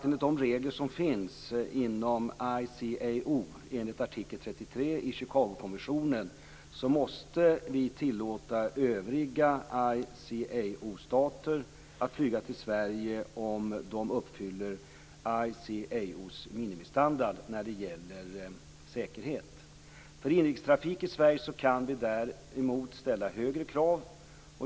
Enligt de regler som finns inom ICAO enligt artikel 33 i Chicagokonventionen måste vi tillåta övriga ICAO-stater att flyga till Sverige om de uppfyller ICAO:s minimistandard när det gäller säkerhet. För inrikestrafik i Sverige kan vi däremot ställa högre krav.